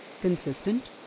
consistent